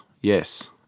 yes